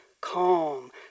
calm